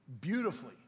Beautifully